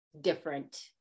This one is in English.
different